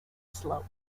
slope